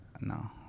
No